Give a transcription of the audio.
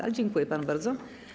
Ale dziękuję panu bardzo.